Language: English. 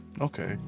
Okay